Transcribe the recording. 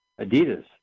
Adidas